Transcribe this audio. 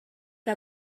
que